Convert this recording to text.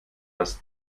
das